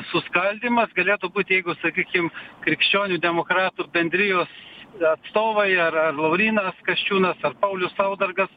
suskaldymas galėtų būt jeigu sakykim krikščionių demokratų bendrijos atstovai ar ar laurynas kasčiūnas paulius saudargas